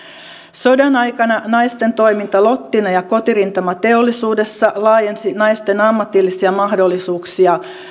sodan aikana naisten toiminta lottina ja kotirintamateollisuudessa laajensi naisten ammatillisia mahdollisuuksia